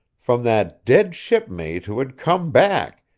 from that dead shipmate who had come back,